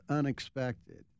unexpected